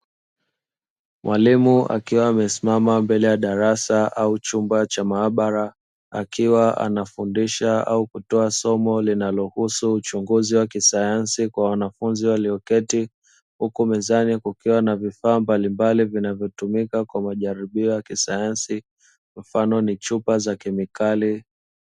Mwalimu akiwa amesimama mbele ya darasa au chumba cha maabara, akiwa anafundisha au kutoa somo linalohusu uchunguzi wa kisayansi kwa wanafunzi walioketi. Huku mezani kukiwa na vifaa mbalimbali vinavyotumika kwa majaribio ya kisayansi, mfano ni chupa za kemikali.